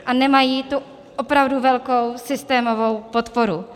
A nemají tu opravdu velkou systémovou podporu.